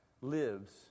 lives